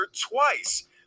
twice